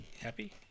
Happy